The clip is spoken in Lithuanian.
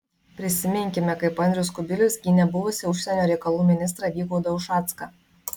prisiminkime kaip andrius kubilius gynė buvusį užsienio reikalų ministrą vygaudą ušacką